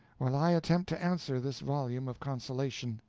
while i attempt to answer this volume of consolation.